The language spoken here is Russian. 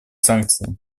санкции